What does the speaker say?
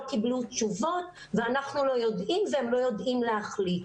קיבלו תשובות ואנחנו לא יודעים והם לא יודעים להחליט.